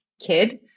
kid